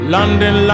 London